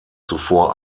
zuvor